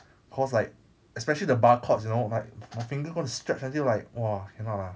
cause like especially the bar chords you know like my finger gonna stretch until like !wah! cannot lah